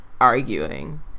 arguing